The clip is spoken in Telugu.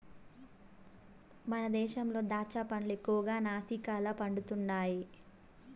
మన దేశంలో దాచ్చా పండ్లు ఎక్కువగా నాసిక్ల పండుతండాయి